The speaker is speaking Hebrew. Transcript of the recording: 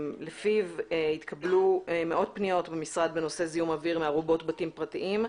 לפיו התקבלו מאות פניות במשרד בנושא זיהום אוויר מארובות בתים פרטיים.